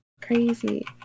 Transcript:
Crazy